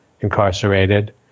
incarcerated